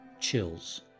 Chills